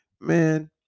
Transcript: man